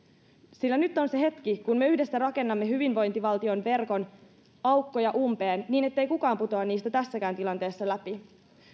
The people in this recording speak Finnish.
sillä nyt on se hetki kun me yhdessä rakennamme hyvinvointivaltion verkon aukkoja umpeen niin ettei kukaan putoa niistä tässäkään tilanteessa läpi